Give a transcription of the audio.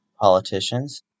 Politicians